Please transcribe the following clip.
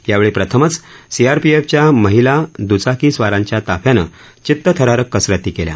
यावेळी प्रथमच सीआरपीएफच्या महिला दुचाकी स्वारांच्या ताफ्यांनं वित्तथरारक कसरती केल्या